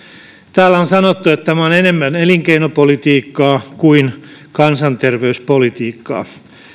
täällä on sanottu että tämä on enemmän elinkeinopolitiikkaa kuin kansanterveyspolitiikkaa